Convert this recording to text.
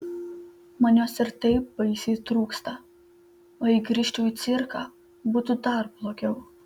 man jos ir taip baisiai trūksta o jei grįžčiau į cirką būtų dar blogiau